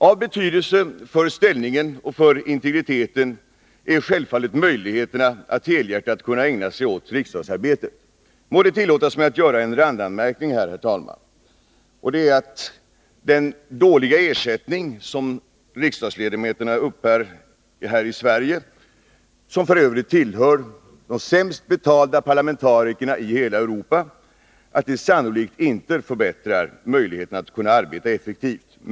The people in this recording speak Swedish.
Av betydelse för ställningen och för integriteten är självfallet deras möjligheter att helhjärtat kunna ägna sig åt riksdagsarbetet. Må det tillåtas mig att göra en randanmärkning, herr talman, och det är att den dåliga ersättning som riksdagsledamöterna uppbär här i Sverige — som f. ö. tillhör de sämst betalda parlamentarikerna i hela Europa — sannolikt inte förbättrar möjligheterna att kunna arbeta effektivt.